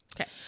Okay